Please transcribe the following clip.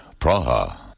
Praha